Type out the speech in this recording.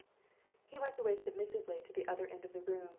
he went away submissively to the other end of the room.